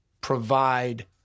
provide